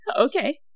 Okay